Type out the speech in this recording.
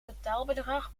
totaalbedrag